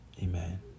Amen